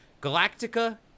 galactica